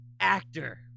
actor